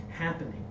happening